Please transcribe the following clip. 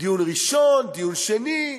דיון ראשון, דיון שני,